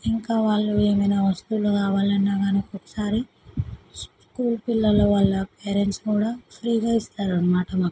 ఇంకా వాళ్ళు ఏమైనా వస్తువులు కావాలన్నా కానీ ఒక్కొక్కసారి స్కూల్ పిల్లలు వాళ్ళ పేరెంట్స్ కూడా ఫ్రీగా ఇస్తారు అన్నమాట మాకు